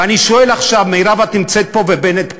ואני שואל עכשיו, מירב, את נמצאת פה, ובנט פה,